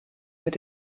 mit